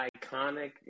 iconic